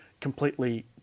Completely